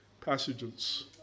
passages